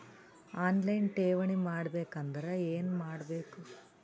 On line ಠೇವಣಿ ಮಾಡಬೇಕು ಅಂದರ ಏನ ಮಾಡಬೇಕು?